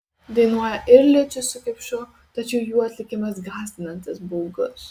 dainuoja ir liucius su kipšu tačiau jų atlikimas gąsdinantis baugus